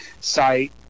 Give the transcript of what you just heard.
site